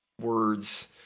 words